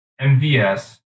MVS